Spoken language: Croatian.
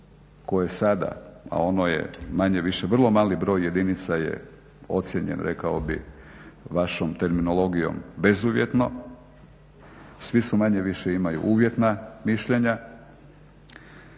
koje sada a ono je manje-više vrlo mali broj jedinica je ocijenjen rekao bih vašom terminologijom bezuvjetno, svi su manje-više imaju uvjetna mišljenja,